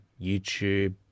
youtube